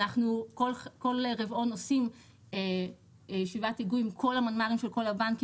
כל רבעון אנחנו עושים ישיבת היגוי עם כל המנמ"רים של כל הבנקים,